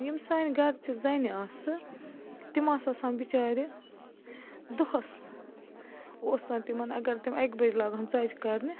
یِم سانہِ گَرچہِ زَنہِ آسہٕ تِم آسہٕ آسان بِچیٛارِ دۄہَس اوس آسان تِمَن اَگر تِم اَکہِ بَجہِ لاگہٕ ہَن ژۄچہِ کَرنہِ